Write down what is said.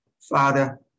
Father